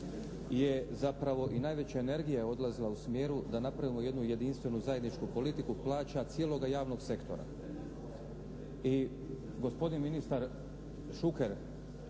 je zapravo i najveća energija odlazila u smjeru da napravimo jednu jedinstvenu zajedničku politiku plaća cijeloga javnog sektora i gospodin ministar Šuker